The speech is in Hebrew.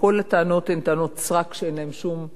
וכל הטענות הן טענות סרק שאין להן שום בסיס.